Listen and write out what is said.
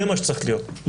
זה מה שצריך להיות,